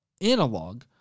analog